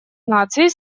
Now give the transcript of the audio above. наций